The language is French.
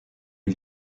eut